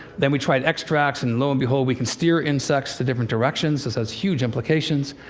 then we tried extracts, and lo and behold, we can steer insects to different directions. this has huge implications.